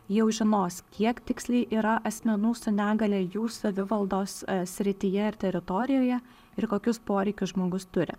jau žinos kiek tiksliai yra asmenų su negalia jų savivaldos srityje ir teritorijoje ir kokius poreikius žmogus turi